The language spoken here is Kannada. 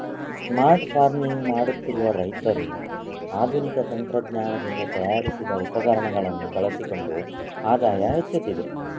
ಸ್ಮಾರ್ಟ್ ಫಾರ್ಮಿಂಗ್ ಮಾಡುತ್ತಿರುವ ರೈತರು ಆಧುನಿಕ ತಂತ್ರಜ್ಞಾನದಿಂದ ತಯಾರಿಸಿದ ಉಪಕರಣಗಳನ್ನು ಬಳಸಿಕೊಂಡು ಆದಾಯ ಹೆಚ್ಚುತ್ತಿದೆ